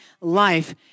life